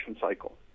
cycle